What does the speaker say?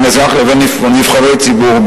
בין אזרח לבין נבחרי ציבור,